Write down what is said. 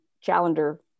Challenger